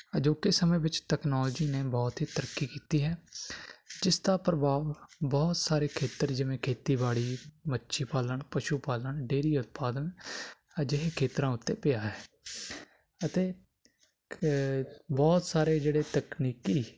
ਅਜੋਕੇ ਸਮੇਂ ਵਿੱਚ ਤਕਨੋਲੋਜੀ ਨੇ ਬਹੁਤ ਹੀ ਤਰੱਕੀ ਕੀਤੀ ਹੈ ਜਿਸ ਦਾ ਪ੍ਰਭਾਵ ਬਹੁਤ ਸਾਰੇ ਖੇਤਰ ਜਿਵੇਂ ਖੇਤੀਬਾੜੀ ਮੱਛੀ ਪਾਲਣ ਪਸ਼ੂ ਪਾਲਣ ਡੇਰੀ ਉਤਪਾਦਨ ਅਜਿਹੇ ਖੇਤਰਾਂ ਉੱਤੇ ਪਿਆ ਹੈ ਅਤੇ ਬਹੁਤ ਸਾਰੇ ਜਿਹੜੇ ਤਕਨੀਕੀ